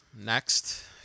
Next